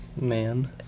Man